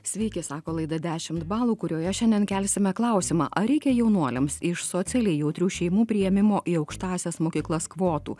sveiki sako laida dešimt balų kurioje šiandien kelsime klausimą ar reikia jaunuoliams iš socialiai jautrių šeimų priėmimo į aukštąsias mokyklas kvotų